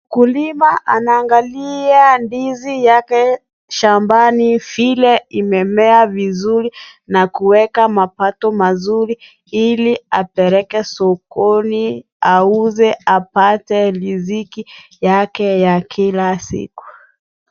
Mkulima anaangalia ndizi yake shambani vile imemea vizuri na kuweka mapato mazuri ili apeleke sokoni auze apate riziki yake ya kila siku.